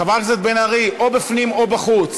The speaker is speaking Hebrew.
חברת הכנסת בן ארי, או בפנים או בחוץ.